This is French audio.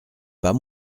pas